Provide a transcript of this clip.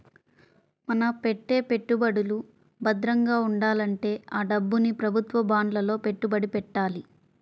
మన పెట్టే పెట్టుబడులు భద్రంగా ఉండాలంటే ఆ డబ్బుని ప్రభుత్వ బాండ్లలో పెట్టుబడి పెట్టాలి